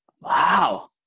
Wow